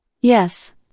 Yes